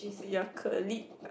your colleague